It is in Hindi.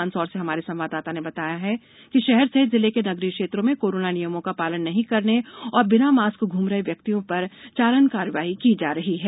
मन्दसौर से हमारे संवाददाता ने बताया है कि शहर सहित जिले के नगरीय क्षेत्रों में कोरोना नियमो का पालन नही करने और बिना मास्क घूम रहे व्यक्तियों पर चलानी करवाई की जा रही है